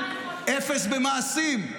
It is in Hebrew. אפס במעשים.